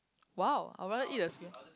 !wow! I'll rather eat the squirrel